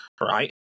right